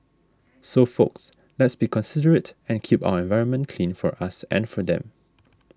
so folks let's be considerate and keep our environment clean for us and for them